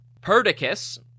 Perdiccas